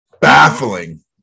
baffling